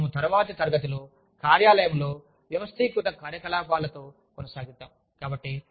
మరియు మనము తరువాతి తరగతిలో కార్యాలయంలో వ్యవస్థీకృత కార్యకలాపాలతో కొనసాగిద్దాం